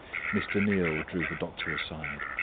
mr. neal drew the doctor aside.